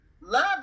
Love